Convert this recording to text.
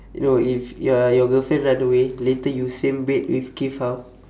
no if your your girlfriend run away later you same weight with keith how